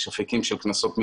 יש אפיקים של קנסות מינהליים,